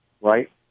right